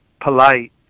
polite